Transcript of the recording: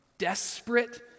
desperate